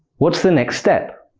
what's the next step?